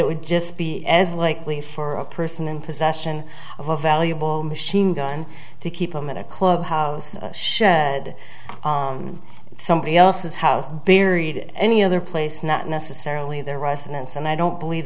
it would just be as likely for a person in possession of a valuable machine gun to keep them in a clubhouse shed somebody else's house buried any other place not necessarily their residence and i don't believe